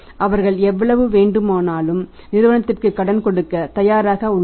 அவர்கள் எவ்வளவு வேண்டுமானாலும் நிறுவனத்திற்கு கடன் கொடுக்க தயாராக உள்ளனர்